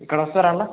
ఇక్కడ వస్తారా వాళ్ళు